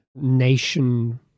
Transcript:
nation